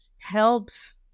helps